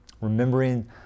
Remembering